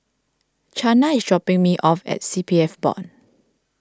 Chana is dropping me off at C P F Board